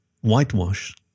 Whitewash